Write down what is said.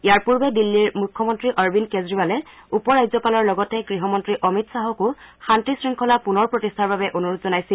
ইয়াৰ পূৰ্বে দিল্লীৰ মুখ্যমন্নী অৰবিন্দ কেজৰিৱালে উপ ৰাজ্যপালৰ লগতে গৃহমন্ত্ৰী অমিত খাহকো শান্তি শংখলা পুনৰ প্ৰতিষ্ঠাৰ বাবে অনুৰোধ জনাইছিল